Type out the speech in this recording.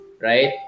right